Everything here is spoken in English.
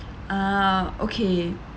ah okay